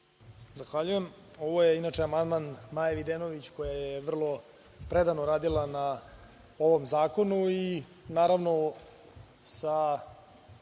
Zahvaljujem. Ovo je inače amandman Maje Videnović, koja je vrlo predano radila na ovom zakonu i, naravno, sa